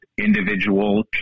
individual